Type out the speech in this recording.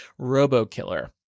RoboKiller